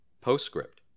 Postscript